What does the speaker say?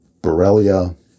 Borrelia